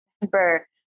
remember